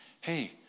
hey